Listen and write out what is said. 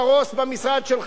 אדוני סגן השר,